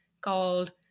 called